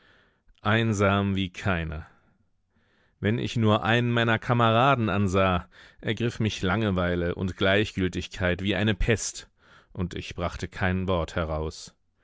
einsam wie keiner wenn ich nur einen meiner kameraden ansah ergriff mich langeweile und gleichgültigkeit wie eine pest und ich brachte kein wort heraus